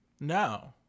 No